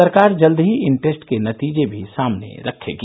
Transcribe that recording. सरकार जल्द ही इन टेस्ट के नतीजे भी सामने रखेगी